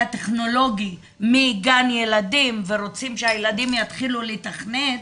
טכנולוגי מגן ילדים ורוצים שהילדים יתחילו לתכנת,